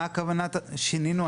מה הכוונה שינינו?